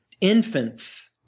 infants